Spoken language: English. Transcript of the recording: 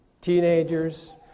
teenagers